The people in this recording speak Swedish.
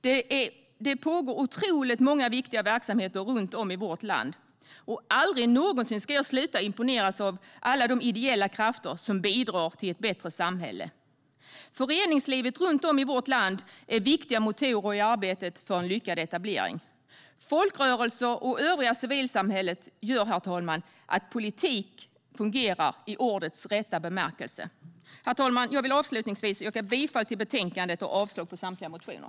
Det pågår otroligt många viktiga verksamheter runt om i vårt land. Aldrig någonsin ska jag sluta imponeras av alla de ideella krafter som bidrar till ett bättre samhälle. Föreningslivet runt om i vårt land är en viktig motor i arbetet för en lyckad etablering. Folkrörelser och det övriga civilsamhället gör att politik fungerar i ordets rätta bemärkelse. Herr talman! Avslutningsvis yrkar jag bifall till förslaget i betänkandet och avslag på samtliga motioner.